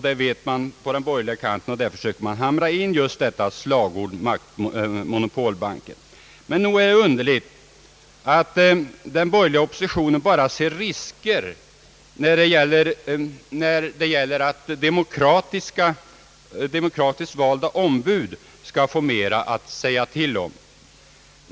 Det vet man på den borgerliga kanten, och därför försöker man hamra in just detta slagord — monopolbanken. Men nog är det underligt att den borgerliga oppositionen bara ser risker när det gäller att demokratiskt valda ombud skall få mera att säga till om.